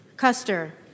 Custer